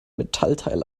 metallteil